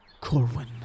Corwin